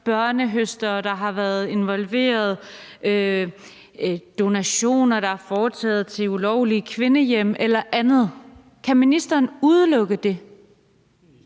børnehøstere, der har været involveret, donationer, der er givet til ulovlige kvindehjem, eller andet. Kan ministeren udelukke det?